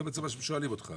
זה מה שהם שואלים אותך.